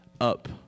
up